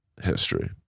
history